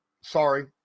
sorry